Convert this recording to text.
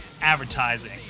advertising